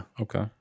Okay